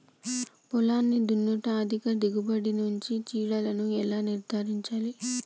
పొలాన్ని దున్నుట అధిక దిగుబడి నుండి చీడలను ఎలా నిర్ధారించాలి?